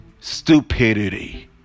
Stupidity